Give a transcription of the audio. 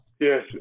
Yes